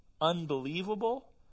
unbelievable